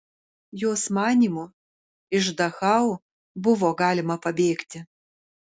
jos manymu iš dachau buvo galima pabėgti